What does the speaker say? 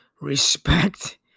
respect